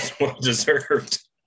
well-deserved